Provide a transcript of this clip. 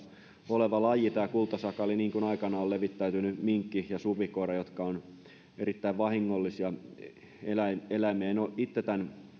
oleva laji tämä kultasakaali niin kuin aikanaan ovat levittäytyneet minkki ja supikoira jotka ovat erittäin vahingollisia eläimiä en itse ole tämän